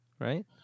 right